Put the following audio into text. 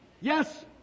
Yes